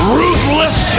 ruthless